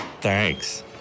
Thanks